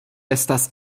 estas